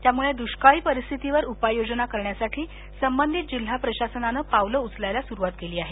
त्यामुळे दृष्काळी परिस्थितीवर उपाययोजना करण्यासाठी संबंधित जिल्हा प्रशासनानं पावलं उचलायला सुरुवात केली आहे